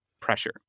pressure